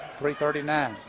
339